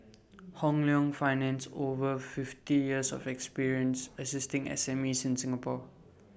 Hong Leong finance over fifty years of experience assisting SMEs in Singapore